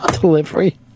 Delivery